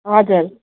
हजुर